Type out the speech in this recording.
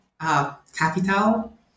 capital